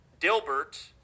Dilbert